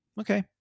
okay